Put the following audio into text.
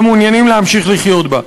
ומעוניינים להמשיך לחיות בה.